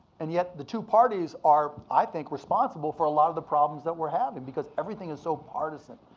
and yet, the two parties are, i think, responsible for a lot of the problems that we're having because everything is so partisan.